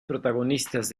protagonistas